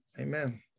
amen